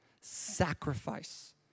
Sacrifice